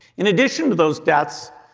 in addition to those deaths,